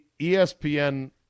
ESPN